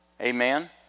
Amen